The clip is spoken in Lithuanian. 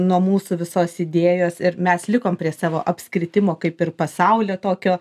nuo mūsų visos idėjos ir mes likom prie savo apskritimo kaip ir pasaulio tokio